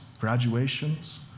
graduations